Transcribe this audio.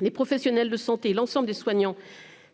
Les professionnels de santé, l'ensemble des soignants